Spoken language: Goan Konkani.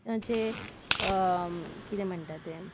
म्हणजे किदें म्हणटा तें